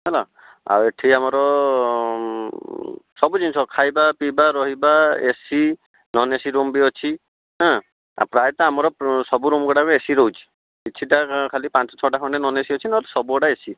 ହେଲା ଆଉ ଏଠି ଆମର ସବୁଜିନିଷ ଖାଇବା ପିଇବା ରହିବା ଏସି ନନ୍ ଏସି ରୁମ୍ ବି ଅଛି ଏଁ ପ୍ରାୟତଃ ଆମର ସବୁ ରୁମ୍ ଗୁଡ଼ା ଏସି ରହୁଛି କିଛିଟା ଖାଲି ପାଞ୍ଚ ଛଅଟା ଖଣ୍ଡେ ଖାଲି ନନ୍ ଏସି ଅଛି ନହେଲେ ସବୁଗୁଡ଼ା ଏସି